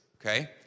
Okay